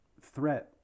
threat